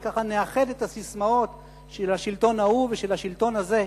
וככה נאחד את הססמאות של השלטון ההוא ושל השלטון הזה.